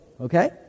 okay